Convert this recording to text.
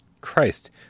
Christ